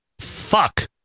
Fuck